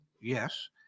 yes